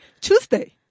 Tuesday